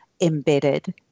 embedded